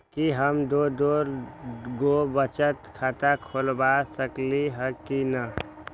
कि हम दो दो गो बचत खाता खोलबा सकली ह की न?